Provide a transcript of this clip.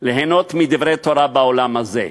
ליהנות מדברי תורה בעולם הזה".